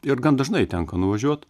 ir gan dažnai tenka nuvažiuot